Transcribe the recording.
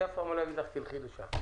לעולם לא אומר לך ללכת לשם.